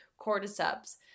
cordyceps